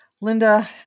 Linda